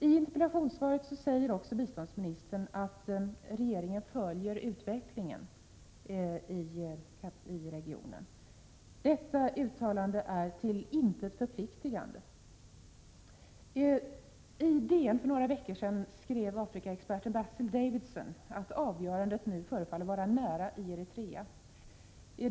I interpellationen säger biståndsministern också att regeringen följer utvecklingen i regionen. Detta uttalande är till intet förpliktande. I DN för några veckor sedan skrev Afrikaexperten Basil Davidson att avgörandet nu förefaller att vara nära i Eritrea.